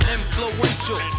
Influential